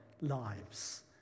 lives